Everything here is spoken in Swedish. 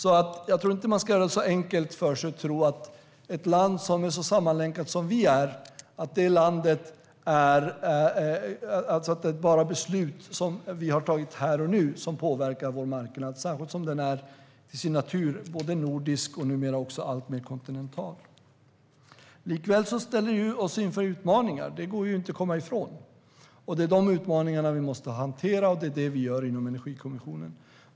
Man ska inte göra det så enkelt för sig att man tror att det i ett land som är så sammanlänkat som Sverige är bara beslut som vi har tagit här och nu som påverkar vår marknad, särskilt som den till sin natur är nordisk och alltmer kontinental. Likväl ställer detta oss inför utmaningar - det går inte att komma ifrån. Det är de utmaningarna som vi måste hantera, och det är det vi gör inom Energikommissionen.